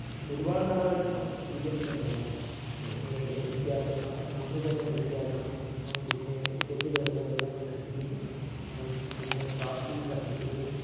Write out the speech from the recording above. ഒരുപാട് നടപടികൾ നമ്മൾ സ്വീകരിക്കേണ്ടതാണ് വൃത്തിയാക്കുന്ന നമ്മൾ തന്നെ വൃത്തിയാക്കണം പിന്നെ കെട്ടിക്കിടക്കുന്ന വെള്ളങ്ങൾ നശിപ്പിക്കണം പിന്നെ പ്ലാസ്റ്റിക് കത്തിക്കരുത്